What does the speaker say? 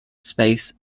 space